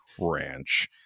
Ranch